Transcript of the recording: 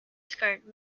skirt